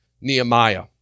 Nehemiah